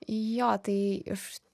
jo tai iš